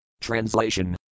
Translation